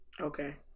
Okay